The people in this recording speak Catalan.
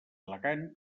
elegant